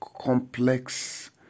complex